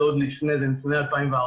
זה עוד נתוני 2014,